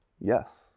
yes